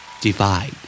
divide